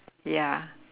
ya